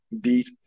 beat